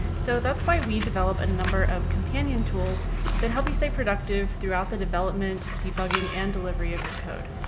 so that's why we developed a number of companion tools that help you stay productive throughout the development, debugging, and delivery of your code.